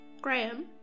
Graham